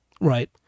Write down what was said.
Right